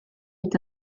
est